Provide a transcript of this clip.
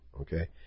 Okay